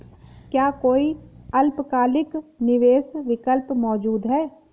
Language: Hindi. क्या कोई अल्पकालिक निवेश विकल्प मौजूद है?